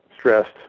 stressed